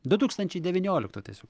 du tūkstančiai devynioliktų tiesiog